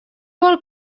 vol